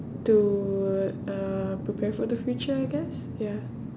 to uh prepare for the future I guess ya